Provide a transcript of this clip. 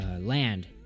land